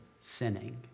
sinning